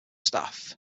staff